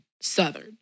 southern